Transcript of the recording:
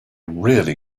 really